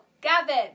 Gavin